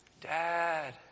dad